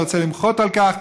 אני רוצה למחות על כך,